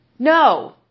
No